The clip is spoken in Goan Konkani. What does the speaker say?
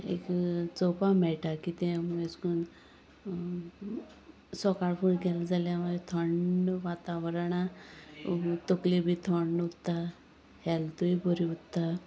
एक चोवपा मेळटा कितें ऍश कोन सकाळ फूडें गेलो जाल्यार म्हाका थंड वातावरणांत तकली बी थंड उत्ता हॅल्थूय बरी उत्ता